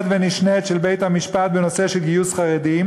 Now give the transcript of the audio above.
ונשנית של בית-המשפט בנושא של גיוס חרדים